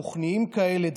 רוחניים כאלה,